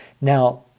Now